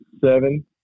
Seven